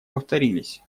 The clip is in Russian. повторились